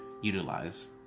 utilize